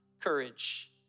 courage